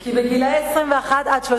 כי בגילים 21 35